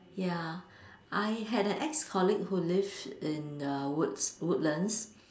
ya I had an ex-colleague who lived in uh Woods~ Woodlands